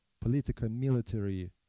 political-military